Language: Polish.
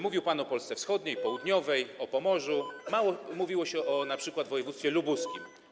Mówił pan o Polsce wschodniej, południowej, o Pomorzu, mało mówiło się o np. województwie lubuskim.